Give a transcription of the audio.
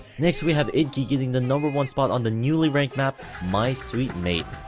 next we have idke getting the number-one spot on the newly ranked map my sweet maiden.